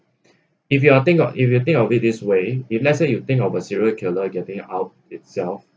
if you think or if you think of it this way if let's say you think of a serial killer getting out itself